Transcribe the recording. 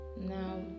now